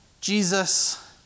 Jesus